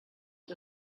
que